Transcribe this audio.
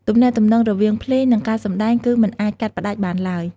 ទំនាក់ទំនងរវាងភ្លេង និងការសម្តែងគឺមិនអាចកាត់ផ្តាច់បានឡើយ។